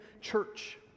church